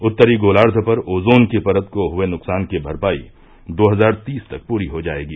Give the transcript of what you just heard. उत्तरी गोलाई पर ओजोन की परत को हुए नुकसान की भरपाई दो हजार तीस तक पूरी हो जाएगी